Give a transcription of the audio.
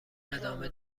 ادامه